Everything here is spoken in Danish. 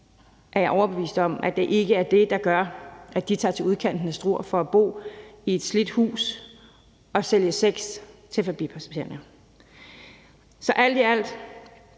er jeg overbevist om ikke er det, der gør, at de tager til udkanten af Struer for at bo i et slidt hus og sælge sex til forbipasserende. Alt i alt